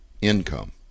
income